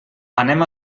anem